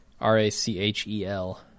R-A-C-H-E-L